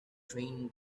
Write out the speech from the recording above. train